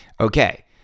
Okay